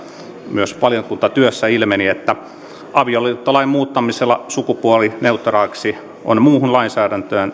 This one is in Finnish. myös valiokuntatyössä ilmeni että avioliittolain muuttamisella sukupuolineutraaliksi on muuhun lainsäädäntöön